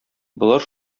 болар